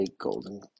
golden